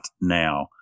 now